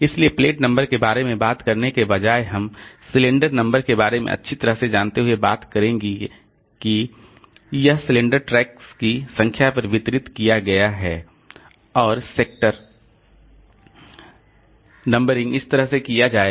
इसलिए plate number के बारे में बात करने के बजाय हम सिलेंडर नंबर के बारे में अच्छी तरह से जानते हुए बात करेंगे कि यह सिलेंडर ट्रैक्स की संख्या पर वितरित किया गया है और सेक्टर नंबरिंग इस तरह से किया जाएगा